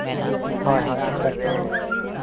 ᱦᱳᱭ ᱦᱳᱭ ᱟᱫᱚ